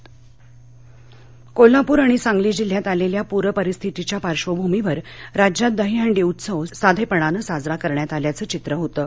दहीहंडी कोल्हापूर आणि सांगली जिल्ह्यात आलेल्या प्रपरिस्थितीच्या पार्क्षभूमीवर राज्यात दही हंडी उत्सव साधेपणानं साजरा करण्यात आल्याचं चित्र होतं